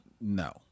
no